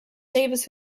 davis